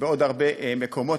בעוד הרבה מקומות,